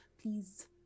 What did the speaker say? please